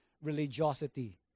religiosity